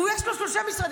יש לו שלושה משרדים.